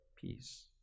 peace